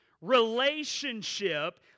relationship